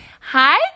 Hi